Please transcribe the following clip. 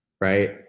right